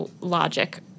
logic